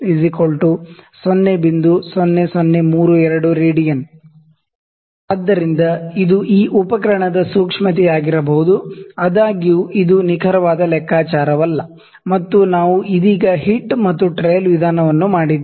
0032 radian ಆದ್ದರಿಂದ ಇದು ಈ ಉಪಕರಣದ ಸೂಕ್ಷ್ಮತೆಯಾಗಿರಬಹುದು ಆದಾಗ್ಯೂ ಇದು ನಿಖರವಾದ ಲೆಕ್ಕಾಚಾರವಲ್ಲ ಮತ್ತು ನಾವು ಇದೀಗ ಹಿಟ್ ಮತ್ತು ಟ್ರಯಲ್ ವಿಧಾನವನ್ನು ಮಾಡಿದ್ದೇವೆ